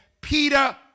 Peter